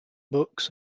books